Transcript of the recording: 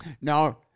no